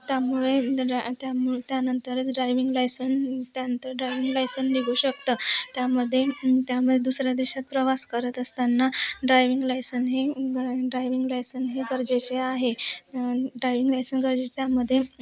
त्यामुळे ड्रा त्यामुळे त्यानंतरच ड्रायविंग लायसन त्यानंतर ड्रायविंग लायसन निघू शकतं त्यामध्ये त्यामध्ये दुसऱ्या देशात प्रवास करत असताना ड्रायविंग लायसन हे ड्रायविंग लायसन हे गरजेचे आहे ड्रायविंग लायसन गरजेचे त्यामध्ये